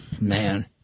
man